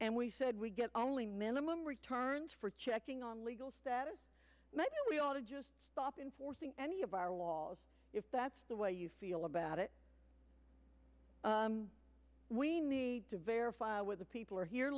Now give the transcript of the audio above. and we said we get only minimum returns for checking on legal status maybe we ought to just stop in for any of our walls if that's the way you feel about it we need to verify whether people are here